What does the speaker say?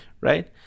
Right